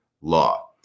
law